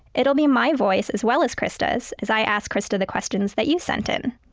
it'll be my voice, as well as krista's, as i ask krista the questions that you sent in.